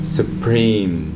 supreme